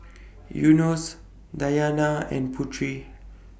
Yunos Dayana and Putri